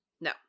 no